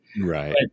Right